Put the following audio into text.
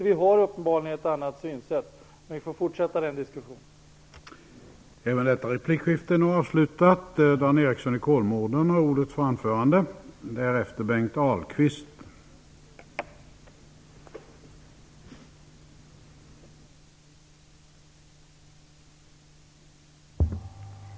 Vi har uppenbarligen ett annat synsätt, men den diskussionen får vi fortsätta med vid ett annat tillfälle.